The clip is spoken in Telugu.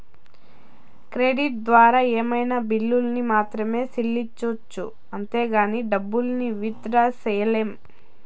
క్రెడిట్ ద్వారా ఏమైనా బిల్లుల్ని మాత్రమే సెల్లించొచ్చు అంతేగానీ డబ్బుల్ని విత్ డ్రా సెయ్యలేం